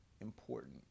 important